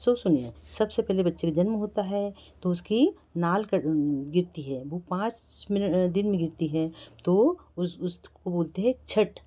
सो सुनिए सबसे पहले बच्चे का जन्म होता है तो उसकी नाल क गिरती है वो पाँच मिन दिन में गिरती है तो उसको बोलते हैं छठ